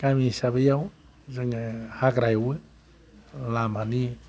गामि हिसाबैआव जोङो हाग्रा एवो लामानि